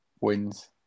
wins